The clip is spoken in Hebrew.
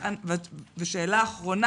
ושאלה אחרונה